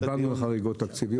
דיברנו על חריגות תקציביות.